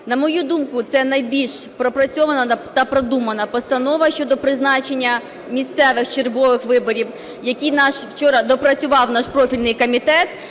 на мою думку, це найбільш пропрацьована та продумана постанова щодо призначення місцевих чергових виборів, які вчора допрацював наш профільний комітет,